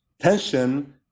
tension